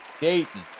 Dayton